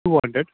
two hundred